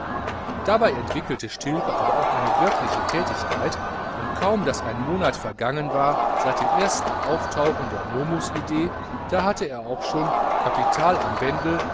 dabei entwickelte stilpe aber auch eine wirkliche thätigkeit und kaum daß ein monat vergangen war seit dem ersten auftauchen der momus idee da hatte er auch schon kapital am bändel